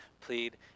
plead